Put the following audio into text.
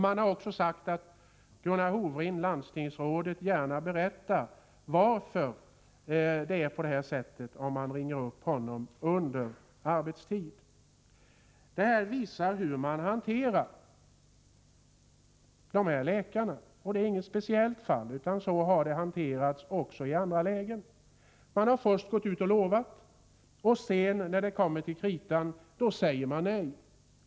Man har också sagt att landstingsrådet Gunnar Hofring gärna berättar varför det är på det här sättet, om man ringer upp honom under arbetstid. Detta visar hur man hanterar läkarna. Och detta är inget speciellt, utan så har den här frågan hanterats också i andra landsting. Man går först ut och lovar samarbetsavtal, men när det kommer till kritan säger man nej.